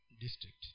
District